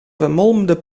vermolmde